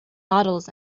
models